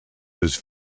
this